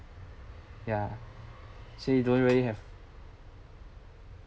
ya so you don't really have